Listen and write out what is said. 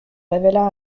révéla